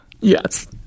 Yes